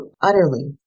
utterly